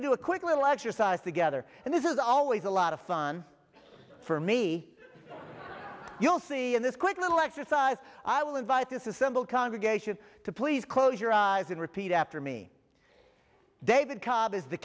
to do a quick little exercise together and this is always a lot of fun for me you'll see in this quick little exercise i will invite disassemble congregation to please close your eyes and repeat after me david cobb is the